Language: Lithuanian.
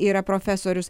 yra profesorius